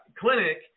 clinic